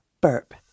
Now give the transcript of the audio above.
burp